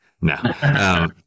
No